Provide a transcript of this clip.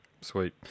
Sweet